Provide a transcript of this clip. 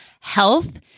health